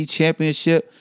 Championship